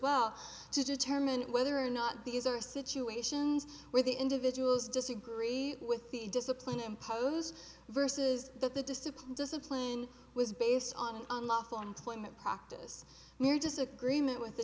well to determine whether or not these are situations where the individuals disagree with the discipline imposed versus that the discipline discipline was based on an unlawful employment practice mere disagreement with